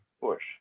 push